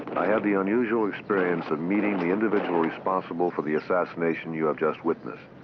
i had the unusual experience of meeting the individual responsible for the assassination you have just witnessed.